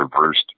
reversed